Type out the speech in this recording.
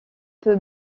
peu